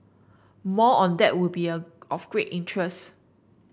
more on that would be a of great interest